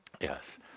Yes